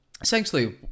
essentially